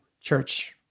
church